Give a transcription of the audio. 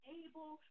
able